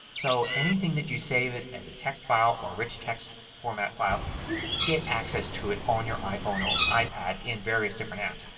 so anything that you save it as a text file or rich text format file you can get access to it on your iphone or ipad in various different apps.